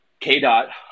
KDOT